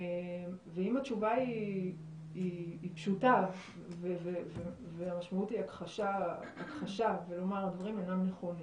ואם התשובה היא פשוטה והמשמעות היא הכחשה ולומר שהדברים אינם נכונים,